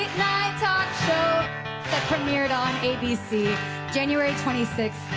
night talk show that premiered on abc january twenty six,